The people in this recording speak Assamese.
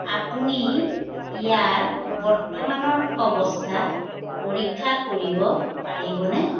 আপুনি ইয়াৰ বৰ্তমানৰ অৱস্থা পৰীক্ষা কৰিব পাৰিবনে